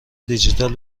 دیجیتال